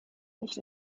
nicht